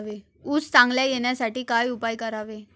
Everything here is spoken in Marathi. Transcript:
ऊस चांगला येण्यासाठी काय उपाय करावे?